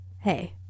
hey